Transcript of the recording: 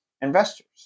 investors